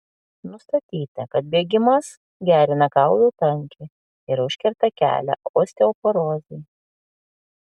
nustatyta kad bėgimas gerina kaulų tankį ir užkerta kelią osteoporozei